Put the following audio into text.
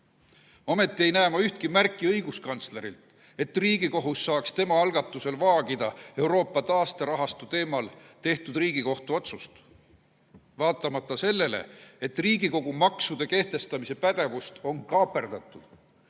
Ma ei näe ühtegi märki õiguskantslerilt, et Riigikohus saaks tema algatusel vaagida Euroopa taasterahastu teemal tehtud Riigikohtu otsust, vaatamata sellele, et Riigikogu maksude kehtestamise pädevust on kaaperdatud